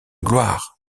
gloire